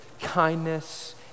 kindness